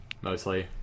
mostly